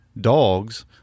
dogs